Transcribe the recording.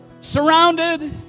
surrounded